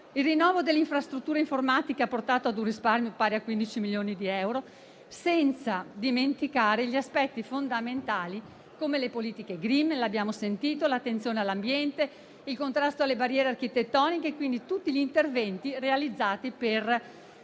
il rinnovo delle infrastrutture informatiche ha portato a un risparmio pari a 15 milioni di euro, senza dimenticare gli aspetti fondamentali come le politiche *green* - lo abbiamo sentito - l'attenzione all'ambiente, il contrasto alle barriere architettoniche; quindi tutti gli interventi realizzati per